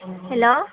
hello